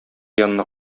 янына